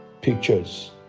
pictures